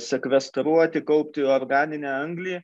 sekvestruoti kaupti organinę anglį